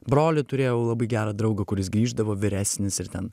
brolį turėjau labai gerą draugą kuris grįždavo vyresnis ir ten